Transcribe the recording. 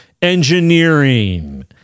engineering